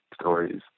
stories